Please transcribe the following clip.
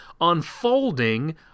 unfolding